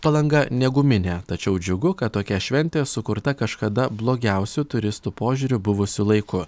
palanga neguminė tačiau džiugu kad tokia šventė sukurta kažkada blogiausiu turistų požiūriu buvusiu laiku